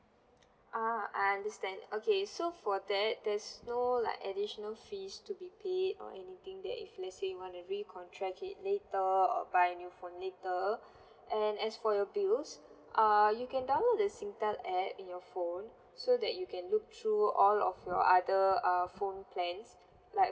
ah I understand okay so for that there's no like additional fees to be paid or anything that if let's say you wanna re-contract it later or buy a new phone later and as for your bills err you can download the singtel app in your phone so that you can look through all of your other uh phone plans like